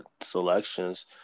selections